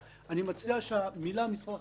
אני מציע שהמילה "משרד החקלאות" לא